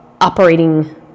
operating